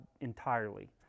entirely